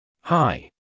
Hi